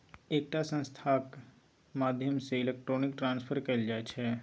एकटा संस्थाक माध्यमसँ इलेक्ट्रॉनिक ट्रांसफर कएल जाइ छै